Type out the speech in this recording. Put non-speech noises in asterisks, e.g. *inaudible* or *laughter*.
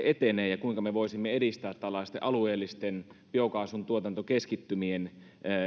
*unintelligible* etenee ja kuinka me voisimme edistää tällaisten alueellisten biokaasun tuotantokeskittymien